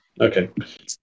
Okay